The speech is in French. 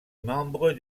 membre